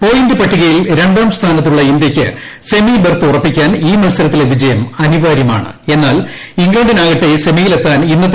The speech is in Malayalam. പോയിന്റ് പട്ടികയിൽ രണ്ടാം സ്ഥാനത്തുള്ള ഇന്ത്യയ്ക്ക് സെമി ബർത്ത് ഉറപ്പിക്കാൻ ഈ മത്സരത്തിലെ വിജയം എന്നാൽ ഇംഗ്ലണ്ടിനാകട്ടെ സെമിയിലെത്താൻ അനിവാര്യമാണ്